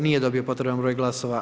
Nije dobio potreban broj glasova.